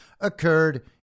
occurred